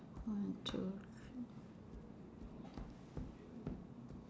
one two three